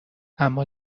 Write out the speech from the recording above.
اما